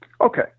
okay